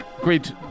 Great